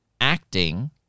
acting